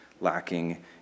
lacking